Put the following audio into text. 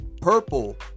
Purple